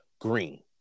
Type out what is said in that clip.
green